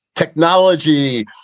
technology